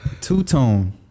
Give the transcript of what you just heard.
two-tone